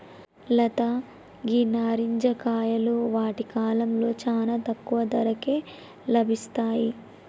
లత గీ నారింజ కాయలు వాటి కాలంలో చానా తక్కువ ధరకే లభిస్తాయి